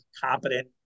competent